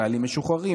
חיילים משוחררים,